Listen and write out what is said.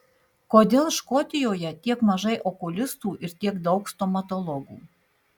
kodėl škotijoje tiek mažai okulistų ir tiek daug stomatologų